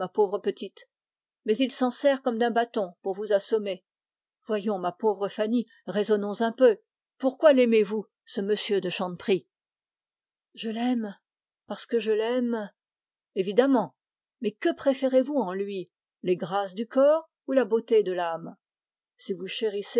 pauvre enfant mais il s'en sert comme d'un bâton pour vous assommer raisonnons un peu pourquoi laimez vous ce m de chanteprie je l'aime parce que je l'aime évidemment mais que préférez-vous en lui les grâces du corps ou la beauté de l'âme si vous chérissez